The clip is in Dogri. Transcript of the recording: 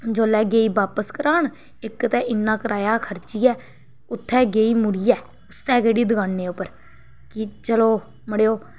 जोल्लै गेई बापस करान इक ते इ'न्ना कराया खर्चियै उत्थै गेई मुड़ियै उस्सै केह्ड़ी दकानै उप्पर कि चलो मड़ेओ